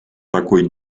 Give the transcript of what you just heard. такой